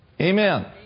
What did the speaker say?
Amen